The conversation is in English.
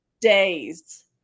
days